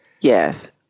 Yes